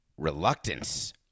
Reluctance